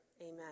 Amen